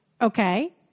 Okay